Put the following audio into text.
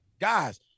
guys